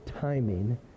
timing